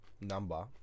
Number